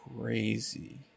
crazy